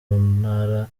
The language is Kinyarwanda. ntara